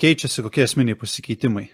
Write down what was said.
keičiasi kokie esminiai pasikeitimai